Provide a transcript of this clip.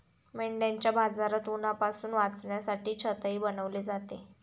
मेंढ्यांच्या बाजारात उन्हापासून वाचण्यासाठी छतही बनवले जाते